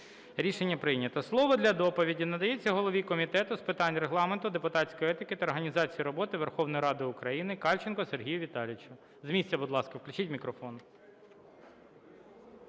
Рішення прийнято. Слово для доповіді надається голові Комітету з питань Регламенту, депутатської етики та організації роботи Верховної Ради України Кальченку Сергію Віталійовичу. З місця, будь ласка, включіть мікрофон.